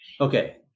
Okay